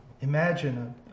Imagine